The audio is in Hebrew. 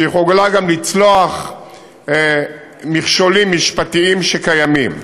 שהיא יכולה גם לצלוח מכשולים משפטיים קיימים.